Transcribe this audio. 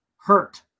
hurt